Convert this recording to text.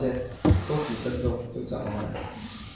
很暗 leh 可以开灯吗